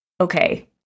okay